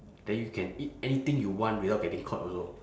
then you can eat anything you want without getting caught also